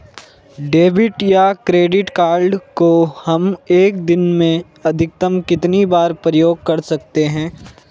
Debit या credit card को हम एक दिन में अधिकतम कितनी बार प्रयोग कर सकते हैं?